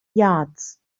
yards